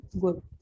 good